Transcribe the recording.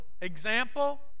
example